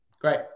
great